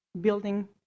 building